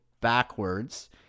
backwards